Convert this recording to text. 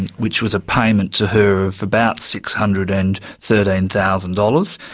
and which was a payment to her of about six hundred and thirteen thousand dollars.